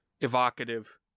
evocative